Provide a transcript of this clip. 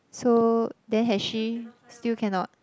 so then has she still cannot